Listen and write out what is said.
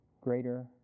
greater